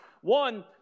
one